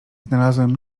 znalazłem